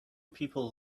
people